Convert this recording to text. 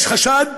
יש חשד